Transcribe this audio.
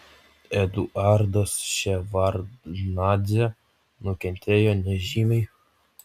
eduardas ševardnadzė nukentėjo nežymiai